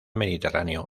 mediterráneo